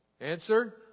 Answer